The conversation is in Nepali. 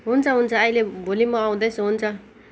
हुन्छ हुन्छ अहिले भोलि म आउँदैछु हुन्छ